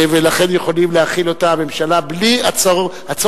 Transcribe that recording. ולכן יכולה הממשלה להחיל זאת בלי הצורך